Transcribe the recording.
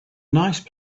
nice